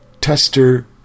Tester